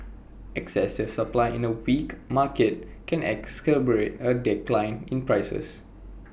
excessive supply in A weak market can exacerbate A decline in prices